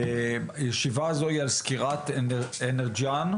הישיבה הזו היא על סקירת אנרג'יאן.